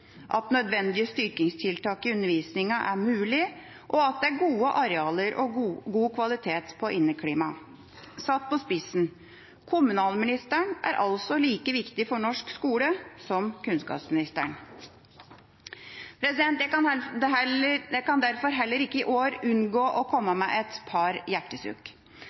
nødvendige styrkingstiltak i undervisninga er mulig det er gode arealer og god kvalitet på inneklimaet Satt på spissen: Kommunalministeren er altså like viktig for norsk skole som kunnskapsministeren. Jeg kan derfor heller ikke i år unngå å komme med et par